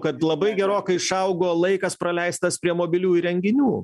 kad labai gerokai išaugo laikas praleistas prie mobilių įrenginių